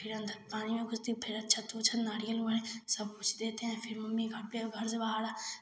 फिर अंदर पानी में घुसती फिर अक्षत उक्षत नारियल उरियल सब कुछ देते हैं फिर मम्मी घर पर घर से बाहर मतलब